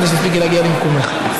כדי שתספיקי להגיע למקומך.